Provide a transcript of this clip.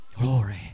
Glory